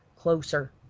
closer,